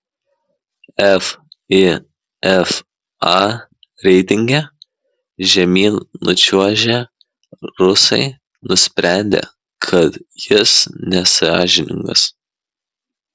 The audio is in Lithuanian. fifa reitinge žemyn nučiuožę rusai nusprendė kad jis nesąžiningas